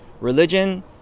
Religion